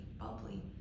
bubbly